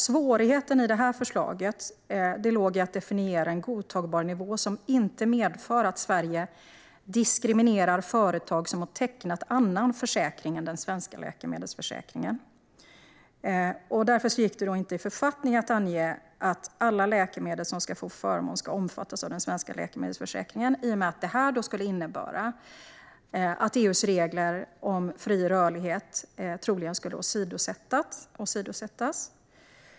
Svårigheten i detta förslag låg i att definiera en godtagbar nivå som inte medför att Sverige diskriminerar företag som har tecknat annan försäkring än den svenska läkemedelsförsäkringen. Därför gick det inte i författning att ange att alla läkemedel i förmånssystemet ska omfattas av den svenska läkemedelsförsäkringen, i och med att det skulle innebära att EU:s regler om fri rörlighet troligen skulle åsidosättas.